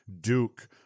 Duke